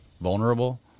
vulnerable